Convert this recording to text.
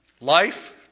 life